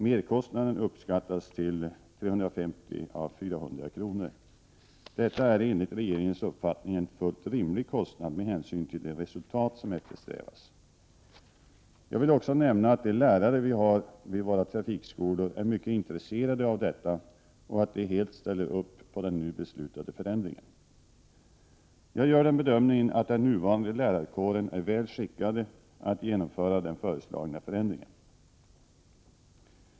Merkostnaden uppskattas till 350-400 kr. Detta är enligt regeringens uppfattning en fullt rimlig kostnad med hänsyn till de resultat som eftersträvas. Jag vill också nämna att de lärare vi har vid våra trafikskolor är mycket intresserade av detta och att de helt ställer upp på den nu beslutade förändringen. Jag gör den bedömningen att den nuvarande lärarkåren är väl skickad att genomföra den föreslagna förändringen.